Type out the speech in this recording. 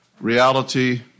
reality